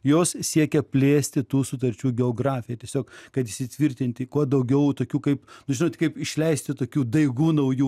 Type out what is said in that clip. jos siekia plėsti tų sutarčių geografiją tiesiog kad įsitvirtinti kuo daugiau tokių kaip žinot kaip išleisti tokių daigų naujų